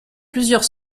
plusieurs